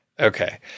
Okay